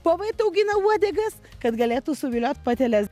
povai ataugina uodegas kad galėtų suviliot pateles